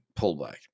pullback